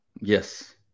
Yes